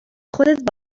خودت